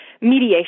mediation